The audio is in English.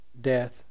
death